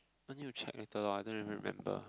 I need to check later lor I don't really remember